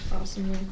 Awesome